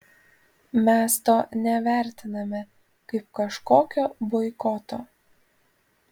mes to nevertiname kaip kažkokio boikoto